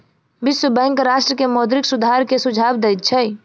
विश्व बैंक राष्ट्र के मौद्रिक सुधार के सुझाव दैत छै